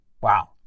Wow